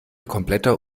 kompletter